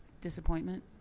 disappointment